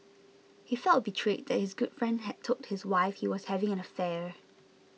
he felt betrayed that his good friend had told his wife he was having an affair